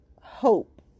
hope